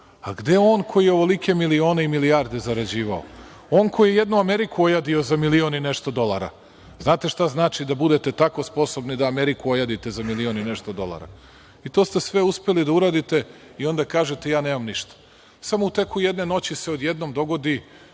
a gde on koji je ovolike milione i milijarde zarađivao? On koji je jednu Ameriku ojadio za milion i nešto dolara. Znate šta znači da budete tako sposobni da Ameriku ojadite za milion i nešto dolara? To ste sve uspeli da uradite i onda kažete – ja nemam ništa. Samo u toku jedne noći se odjednom dogodi